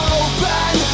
open